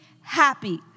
happy